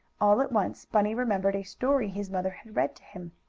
all at once bunny remembered a story his mother had read to him.